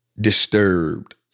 Disturbed